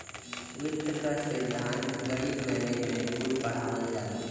वित्त क सिद्धान्त, गणित, मैनेजमेंट कुल पढ़ावल जाला